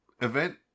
event